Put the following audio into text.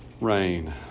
rain